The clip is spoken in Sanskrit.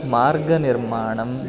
मार्गनिर्माणं